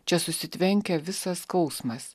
čia susitvenkia visas skausmas